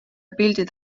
pildid